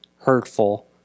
hurtful